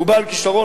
הוא בעל כשרון.